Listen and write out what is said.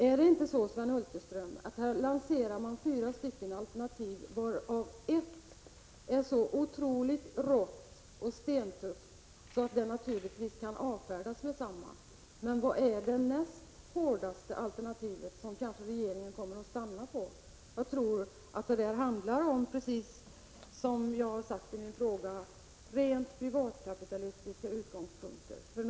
Är det inte så, Sven Hulterström, att här lanserar man fyra alternativ, varav ett är så otroligt rått och stentufft att det med detsamma kan avfärdas? Men vilket alternativ är det näst hårdaste, som regeringen kanske kommer att stanna för? Jag tror att det, precis som jag har sagt i min fråga, handlar om rent privatkapitalistiska utgångspunkter.